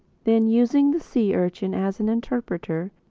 then, using the sea-urchin as an interpreter,